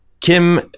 Kim